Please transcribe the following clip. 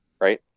right